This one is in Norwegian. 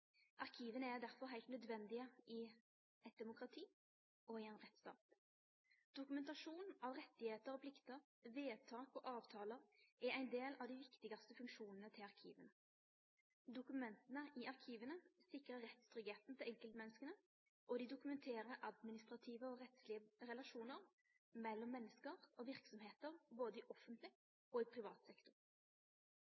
er derfor heilt nødvendige i eit demokrati og i ein rettsstat. Dokumentasjon av rettar og plikter, vedtak og avtalar er ein del av dei viktigaste funksjonane til arkiva. Dokumenta i arkiva sikrar rettstryggleiken til enkeltmenneska, og dei dokumenterer administrative og rettslege relasjonar mellom menneske og verksemder i både